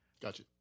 Gotcha